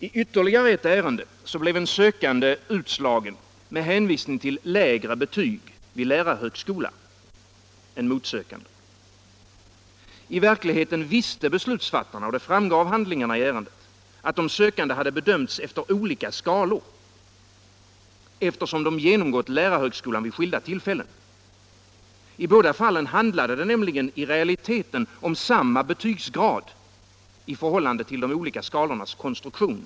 I ytterligare ett ärende blev en sökande utslagen med hänvisning till att han hade lägre betyg vid lärarhögskola än motsökande. I verkligheten visste beslutsfattarna — och det framgår av handlingarna i ärendet — att de sökande hade bedömts efter olika skalor, eftersom de genomgått lärarhögskola vid skilda tillfällen. I båda fallen handlade det nämligen i 143 realiteten om samma betygsgrad i förhållande till de olika skalornas konstruktion.